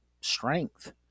strength